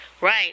Right